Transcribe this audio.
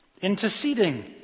Interceding